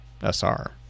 SR